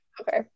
okay